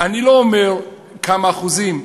אני לא אומר כמה אחוזים,